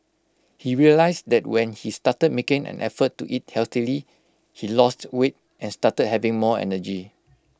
he realised that when he started making an effort to eat healthily he lost weight and started having more energy